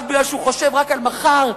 כי הוא חושב רק על מחר,